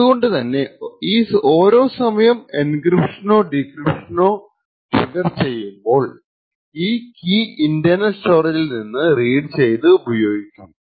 അതുകൊണ്ട് തന്നെ ഓരോ സമയം എൻക്രിപ്ഷനോ ഡീക്രിപ്ഷനോ ട്രിഗ്ഗർ ചെയ്യുമ്പോൾ ഈ കീ ഇന്റർണൽ സ്റ്റോറേജിൽ നിന്ന് റീഡ് ചെയ്തു ഉപയോഗിക്കും